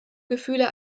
gefühle